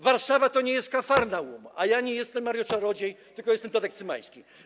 Warszawa to nie jest Kafarnaum, a ja nie jestem Mario Czarodziej, tylko jestem Tadek Cymański.